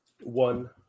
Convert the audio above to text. One